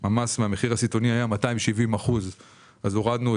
הסיטונאי שהיה 270% הפחתנו ב-10%,